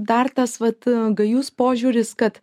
dar tas vat gajus požiūris kad